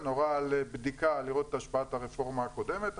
הורה על בדיקה לראות את השפעת הרפורמה הקודמת,